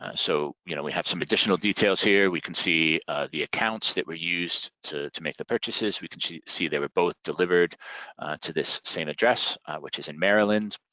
ah so you know we have some additional details here. we can see the accounts that were used to to make the purchases. we can see see they were both delivered to this same address which is in maryland.